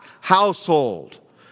household